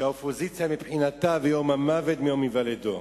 שהאופוזיציה מבחינתה יום המוות הוא יום היוולדה.